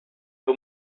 who